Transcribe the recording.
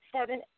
Seven